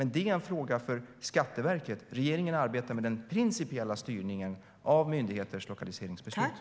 Men det är en fråga för Skatteverket. Regeringen arbetar med den principiella styrningen av myndigheters lokaliseringsbeslut.